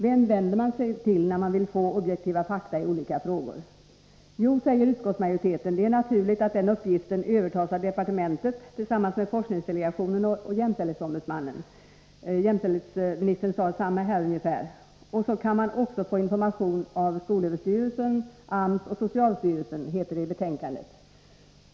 Vem vänder man sig till, när man vill få objektiva fakta i olika frågor? Utskottsmajoriteten säger att det är naturligt att den uppgiften övertas av departementet tillsammans med forskningsdelegationen och JämO — jämställdhetsministern sade nyss ungefär detsamma. Man kan också få information av SÖ, AMS och socialstyrelsen, heter det i betänkandet.